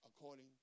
according